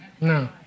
No